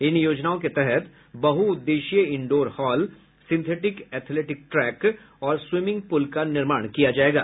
इन योजनाओं के तहत बहुउद्देशीय indoor hall synthetic athletic track और स्वीमिंग पुल का निर्माण किया जायेगा